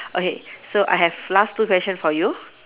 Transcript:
okay so I have last two question for you